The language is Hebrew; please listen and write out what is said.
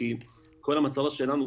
כי כל המטרה שלנו,